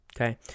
Okay